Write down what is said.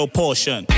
portion